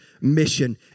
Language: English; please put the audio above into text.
mission